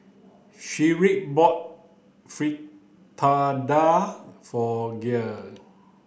Shedrick bought Fritada for Gil